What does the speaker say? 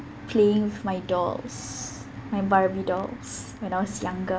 playing my dolls my barbie dolls when I was younger